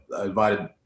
invited